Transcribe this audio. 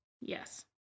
Yes